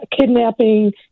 kidnapping